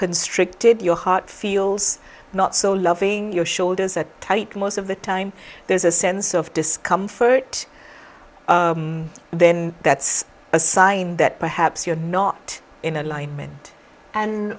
constricted your heart feels not so loving your shoulders are tight most of the time there's a sense of discomfort then that's a sign that perhaps you're not in alignment and